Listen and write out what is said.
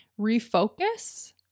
refocus